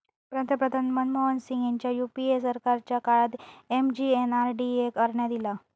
पंतप्रधान मनमोहन सिंग ह्यांच्या यूपीए सरकारच्या काळात एम.जी.एन.आर.डी.ए करण्यात ईला